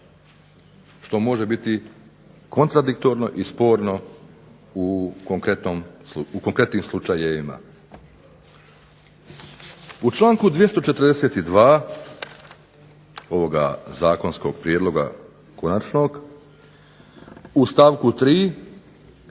što može biti kontradiktorno i sporno u konkretnim slučajevima. U članku 242. ovoga zakonskog prijedloga konačnog, u stavku 3.